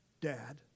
Dad